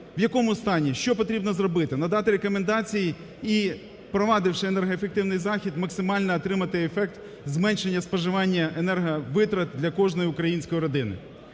в якому стані, що потрібно зробити, надати рекомендації і впровадивши енергоефективний захід максимально отримати ефект зменшення споживання енерговитрат для кожної української родини.